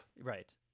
Right